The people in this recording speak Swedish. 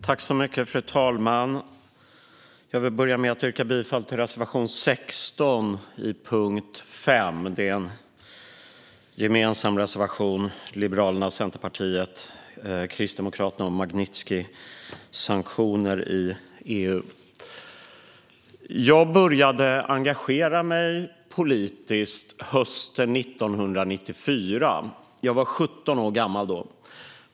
Fru talman! Jag vill börja med att yrka bifall till reservation 16 under punkt 5. Det är en gemensam reservation från Liberalerna, Centerpartiet och Kristdemokraterna om Magnitskijsanktioner i EU. Jag började engagera mig politiskt hösten 1994. Jag var då 17 år gammal.